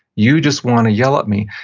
you just want to yell at me,